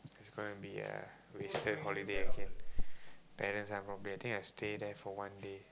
it's gonna be a wasted holiday again parents are probably I think I stay there for one day